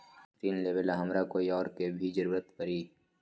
ऋन लेबेला हमरा कोई और के भी जरूरत परी?